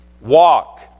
walk